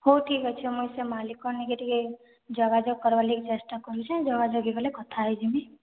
ହଉ ଠିକ୍ ଅଛି ମୁଁଇ ସେଇ ମାଲିକ୍କୁ ନେଇକି ଟିକେ ଯୋଗାଯୋଗ୍ କରବାର୍ ଲାଗି ଚେଷ୍ଟା କରୁଛି ଯୋଗାଯୋଗ ହେଇଗଲେ କଥା ହେଇଯିମି